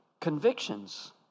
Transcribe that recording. convictions